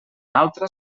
altra